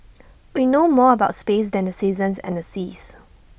we know more about space than the seasons and the seas